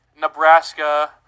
Nebraska